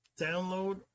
download